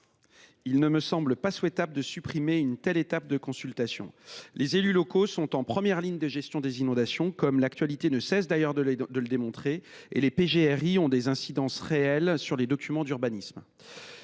il ne me semble pas souhaitable de supprimer une telle étape de consultation. Les élus locaux sont en première ligne en matière de gestion des inondations, comme l’actualité ne cesse de le démontrer, et les PGRI ont des incidences réelles sur les documents d’urbanisme.